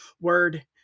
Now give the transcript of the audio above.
word